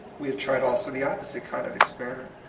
we have tried also the opposite kind of experiment,